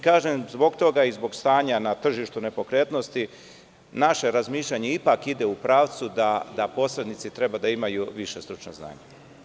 Kažem i zbog toga i zbog stanja na tržištu nepokretnosti, naše razmišljanje ipak ide u pravcu da posrednici treba da imaju više stručno znanje.